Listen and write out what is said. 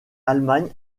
allemagne